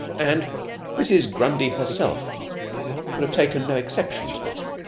and mrs. grundy herself could have taken no exception to it.